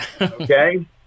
okay